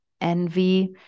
envy